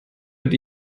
mit